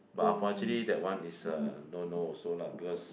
but unfortunately that one is uh no no also lah because